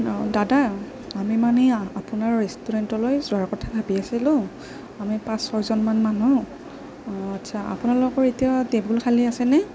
দাদা আমি মানে আপোনাৰ ৰেষ্টুৰেণ্টলৈ যোৱাৰ কথা ভাবি আছিলোঁ আমি পাঁচ ছয়জনমান মানুহ অঁ আচ্ছা আপোনালোকৰ এতিয়া টেবুল খালী আছেনে